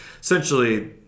essentially